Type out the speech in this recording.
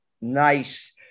Nice